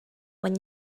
when